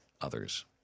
others